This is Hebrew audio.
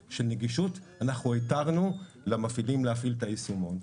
נגישות, אנחנו התרנו למפעילים להפעיל את היישומון.